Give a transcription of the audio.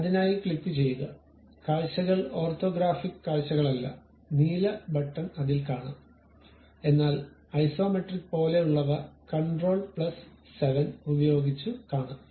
അതിനായി ക്ലിക്കുചെയ്യുക കാഴ്ചകൾ ഓർത്തോഗ്രാഫിക് കാഴ്ചകളല്ല നീല ബട്ടൺ അതിൽ കാണം എന്നാൽ ഐസോമെട്രിക് പോലെയുള്ളവ കണ്ട്രോൾ പ്ലസ് 7 ഉപയോഗിച്ചു കാണാം